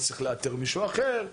אז צריך לאתר מישהו אחר,